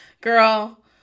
Girl